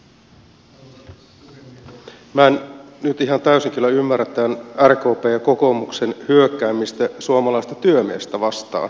minä en nyt ihan täysin kyllä ymmärrä tämän rkpn ja kokoomuksen hyökkäämistä suomalaista työmiestä vastaan